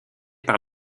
par